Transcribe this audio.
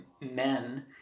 men